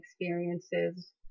experiences